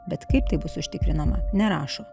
bet kaip tai bus užtikrinama nerašo